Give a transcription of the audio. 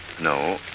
No